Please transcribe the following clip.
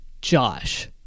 Josh